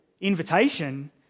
invitation